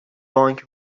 بانک